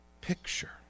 picture